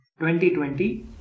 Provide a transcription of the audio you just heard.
2020